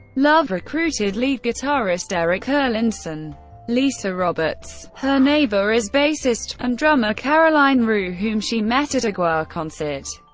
love recruited lead guitarist eric erlandson lisa roberts, her neighbor, as bassist and drummer caroline rue, whom she met at a gwar concert.